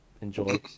Enjoy